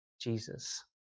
Jesus